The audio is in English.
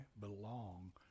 belong